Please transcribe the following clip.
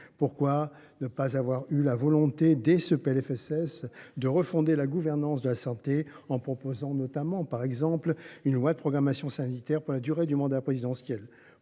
Pourquoi ne pas avoir eu la volonté, dès ce PLFSS, de refonder la gouvernance de la santé, en proposant par exemple une loi de programmation sanitaire pour la durée du mandat présidentiel ?